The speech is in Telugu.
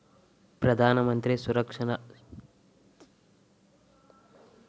ప్రధాన మంత్రి సురక్ష భీమా యోజన కిందా రిజిస్టర్ చేసుకోవటం ఎలా?